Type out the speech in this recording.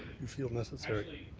you feel necessary.